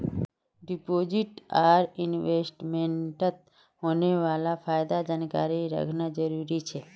deposit आर इन्वेस्टमेंटत होने वाला फायदार जानकारी रखना जरुरी छे